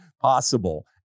possible